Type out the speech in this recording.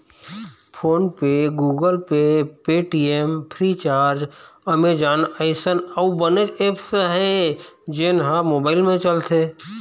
phone पे, Google Pay, Paytm, Freecharge, Amazon अइसन अउ बनेच ऐप्स हे जेन ह मोबाईल म चलथे